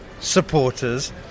supporters